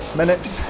minutes